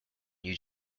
new